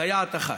סייעת אחת.